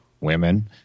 Women